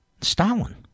Stalin